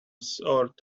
sort